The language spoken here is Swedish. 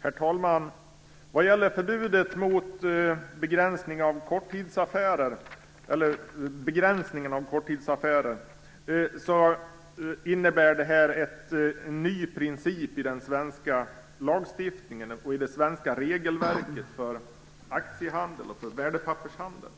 Herr talman! Förbudet mot, eller begränsningen av, korttidsaffärer innebär en ny princip i den svenska lagstiftningen och i det svenska regelverket för aktieoch värdepappershandel.